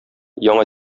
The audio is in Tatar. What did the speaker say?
яңа